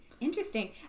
Interesting